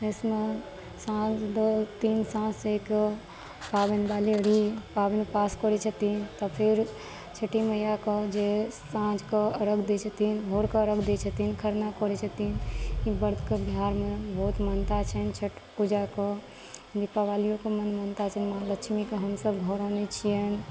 साँझ दिन साँझ एक पाबनि बाली पाबनि उपास करै छथिन तऽ फेर छठि मैयाके जे साँझ कऽ अर्घ्य दै छथिन भोर कऽ अर्घ्य दै छथिन खरना करै छथिन ई ब्रत कऽ बिहारमे बहुत मान्यता छनि छठि पूजाके दीपावलियोके मन मानता छनि महलक्ष्मीके हमसब घर आनै छियनि